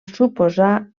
suposar